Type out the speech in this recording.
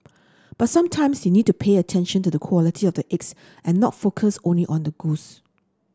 but sometimes you need to pay attention to the quality of the eggs and not focus only on the goose